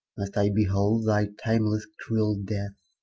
must i behold thy timelesse cruell death